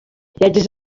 yagize